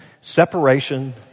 separation